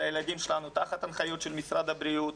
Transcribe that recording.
הילדים שלנו תחת ההנחיות של משרד הבריאות,